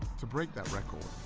to break that record,